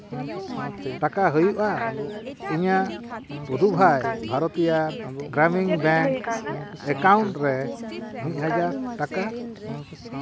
ᱴᱟᱠᱟ ᱦᱩᱭᱩᱜᱼᱟ ᱤᱧᱟᱹᱜ ᱯᱩᱛᱩᱵᱷᱟᱭ ᱵᱷᱟᱨᱛᱤᱭᱚ ᱜᱨᱟᱢᱤᱱ ᱵᱮᱝᱠ ᱮᱠᱟᱣᱩᱱᱴ ᱨᱮ ᱢᱤᱫ ᱦᱟᱡᱟᱨ ᱴᱟᱠᱟ